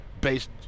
based